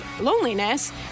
loneliness